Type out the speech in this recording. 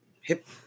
Hip